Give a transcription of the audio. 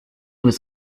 was